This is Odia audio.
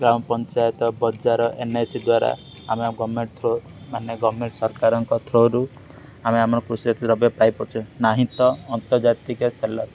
ଗ୍ରାମପଞ୍ଚାୟତ ବଜାର ଏନ୍ ଏ ସି ଦ୍ୱାରା ଆମେ ଗଭର୍ଣ୍ଣମେଣ୍ଟ ଥ୍ରୁ ମାନେ ଗଭର୍ଣ୍ଣମେଣ୍ଟ ସରକାରଙ୍କ ଥ୍ରୁରୁ ଆମେ ଆମର କୃଷି ଜାତୀୟ ରୋଗ ପାଇପାରୁଛେ ନାହିଁ ତ ଆନ୍ତର୍ଜାତିକ ସେଲର୍